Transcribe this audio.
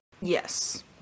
Yes